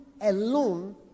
alone